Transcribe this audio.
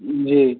जी